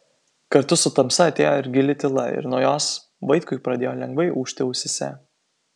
kartu su tamsa atėjo ir gili tyla ir nuo jos vaitkui pradėjo lengvai ūžti ausyse